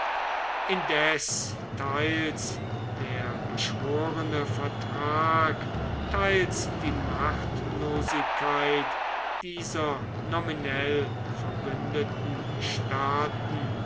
indes teils der beschworene vertrag teils die machtlosigkeit dieser nominell verbündeten staaten